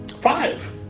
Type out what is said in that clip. Five